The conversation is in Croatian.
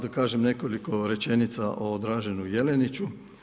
Da kažem nekoliko rečenica o Draženu Jeliniću.